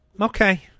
Okay